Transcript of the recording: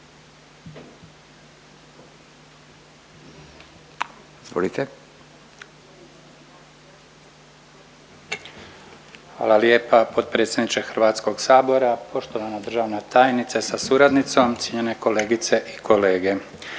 Hvala lijepa potpredsjedniče HS, poštovana državna tajnice sa suradnicom, cijenjene kolegice i kolege.